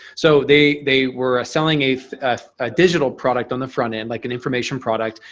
so they they were ah selling a digital product on the front end, like an information product.